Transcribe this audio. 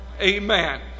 Amen